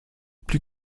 plus